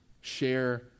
share